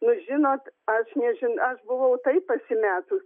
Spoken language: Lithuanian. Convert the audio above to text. nu žinot aš nežinau aš buvau taip pasimetus